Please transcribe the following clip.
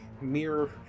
mirror